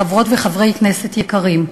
חברות וחברי כנסת יקרים,